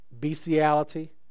bestiality